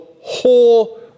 whole